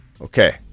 Okay